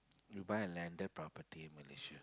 you buy a landed property in Malaysia